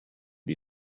die